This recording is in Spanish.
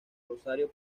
rosario